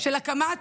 של הקמת